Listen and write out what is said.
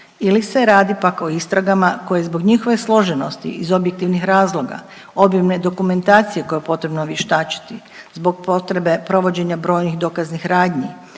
ili se radi pak o istragama koje zbog njihove složenosti iz objektivnih razloga, obimne dokumentacije koju je potrebno vještačiti, zbog potrebe provođenja brojnih dokaznih radnji,